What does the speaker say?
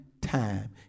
time